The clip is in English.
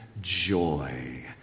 joy